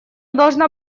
должна